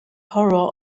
horror